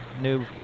new